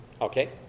okay